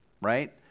right